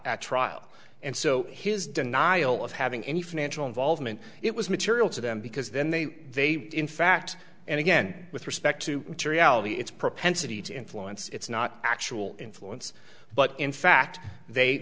trial and so his denial of having any financial involvement it was material to them because then they they in fact and again with respect to to reality it's propensity to influence it's not actual influence but in fact they